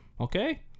Okay